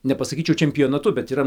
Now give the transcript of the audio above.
nepasakyčiau čempionatu bet yra